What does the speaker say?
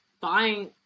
buying